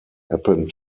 happened